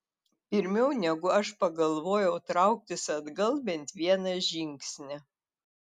pirmiau negu aš pagalvojau trauktis atgal bent vieną žingsnį